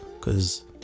cause